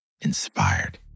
inspired